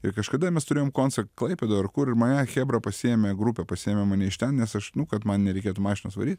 ir kažkada mes turėjom koncą klaipėdoj ar kur ir mane chebra pasiėmė į grupę pasiėmė mane iš ten nes aš nu kad man nereikėtų mašinos varyt